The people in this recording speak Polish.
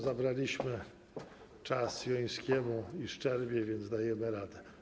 Zabraliśmy czas Jońskiemu i Szczerbie, więc dajemy radę.